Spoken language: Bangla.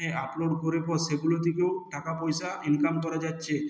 এ আপলোড করে পর সেগুলো থেকেও টাকা পয়সা ইনকাম করা যাচ্ছে